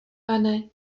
pane